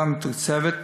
קבועה ומתוקצבת.